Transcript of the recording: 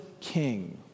king